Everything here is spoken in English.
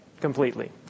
completely